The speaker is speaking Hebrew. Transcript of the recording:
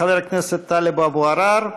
חבר הכנסת טלב אבו עראר,